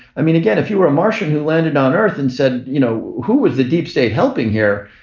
i mean again if you were a martian who landed on earth and said you know who was the deep state helping here.